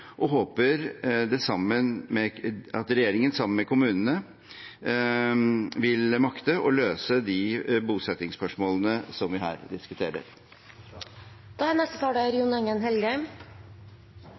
og håper at regjeringen sammen med kommunene vil makte å løse de bosettingsspørsmålene som vi her diskuterer. Det er